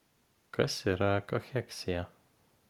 kas yra kacheksija